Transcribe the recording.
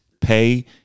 pay